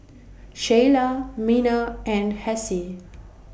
Sheilah Miner and Hassie